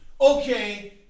Okay